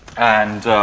and